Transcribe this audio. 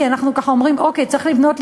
כי אנחנו אומרים: צריך לבנות,